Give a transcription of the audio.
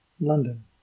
London